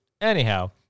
anyhow